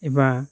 एबा